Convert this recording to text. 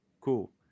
Cool